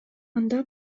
анда